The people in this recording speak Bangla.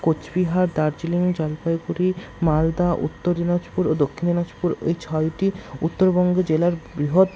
কোচবিহার দার্জিলিং জলপাইগুড়ি মালদা উত্তর দিনাজপুর ও দক্ষিণ দিনাজপুর এই ছয়টি উত্তরবঙ্গ জেলার বৃহৎ